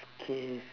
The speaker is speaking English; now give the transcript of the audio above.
okay